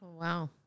Wow